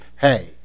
hey